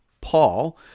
Paul